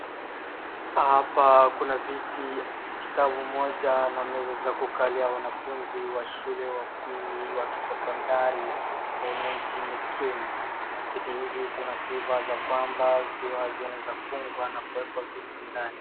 Hapa kuna viti, kitabu moja na meza za kukalia wanafuzi wa shule ya upili wa kisekondari humu nchini Kenya. Viti hizi vina sifa za kwamba huwa zinaeza fungwa na kuekwa vitu ndani.